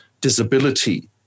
disability